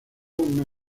una